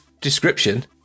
description